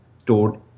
stored